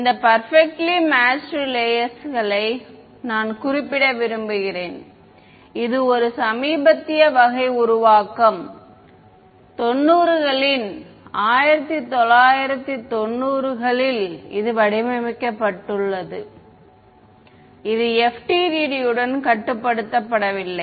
இந்த perfectly matched லேயேர்ஸ்களை நான் குறிப்பிட விரும்புகிறேன் இது ஒரு சமீபத்திய வகை உருவாக்கம் 90'களின் 1990'கள் இது வடிவமைக்கப்பட்டுள்ளது இது FDTD உடன் கட்டுப்படுத்தப்படவில்லை